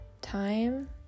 Time